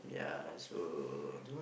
ya so